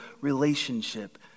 relationship